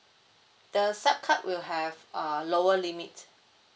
the sub card will have uh lower limit